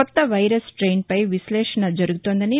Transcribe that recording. కొత్త వైరస్ స్లెయిన్పై విశ్లేషణ జరుగుతోందని